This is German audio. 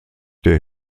der